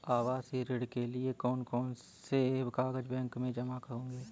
आवासीय ऋण के लिए कौन कौन से कागज बैंक में जमा होंगे?